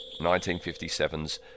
1957's